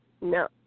No